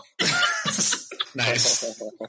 nice